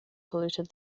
polluted